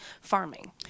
farming